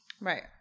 Right